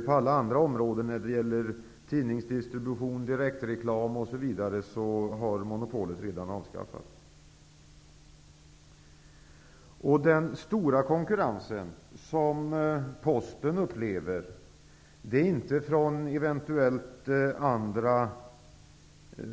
På alla andra områden -- tidningsdistribution, direktreklam, osv. -- har monopolet redan avskaffats. Den stora konkurrensen som Posten upplever är inte från eventuella andra